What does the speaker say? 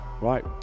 right